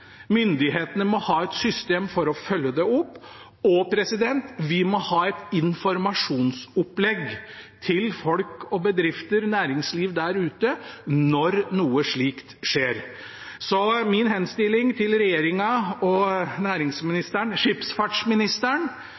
Myndighetene må ha et system for å følge det opp, og vi må ha et informasjonsopplegg til folk og bedrifter, næringsliv der ute, når noe slikt skjer. Så min henstilling til regjeringen og næringsministeren, skipsfartsministeren,